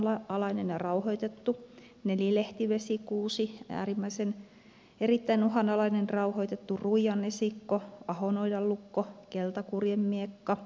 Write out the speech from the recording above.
perämerenmaruna äärimmäisen uhanalainen ja rauhoitettu nelilehtivesikuusi erittäin uhanalainen rauhoitettu ruijanesikko ahonoidanlukko keltakurjenmiekka